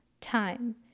time